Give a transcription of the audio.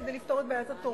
כדי לפתור את בעיית התורים.